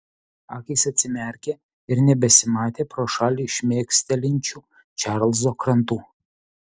akys atsimerkė ir nebesimatė pro šalį šmėkštelinčių čarlzo krantų